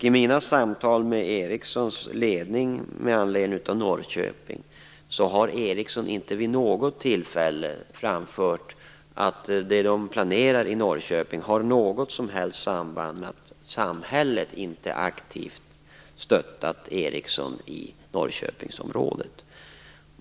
I mina samtal med Ericssons ledning med anledning av Norrköping har Ericsson inte vid något tillfälle framfört att det som planeras i Norrköping har något som helst samband med att samhället inte aktivt stöttat Ericsson i Norrköpingsområdet.